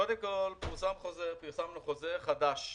קודם כל, פרסמנו חוזר חדש,